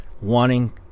wanting